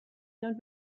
not